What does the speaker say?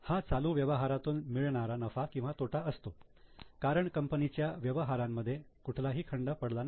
हा चालू व्यवहारातून मिळणारा नफा किंवा तोटा असतो कारण कंपनीच्या व्यवहारांमध्ये कुठलाही खंड पडला नव्हता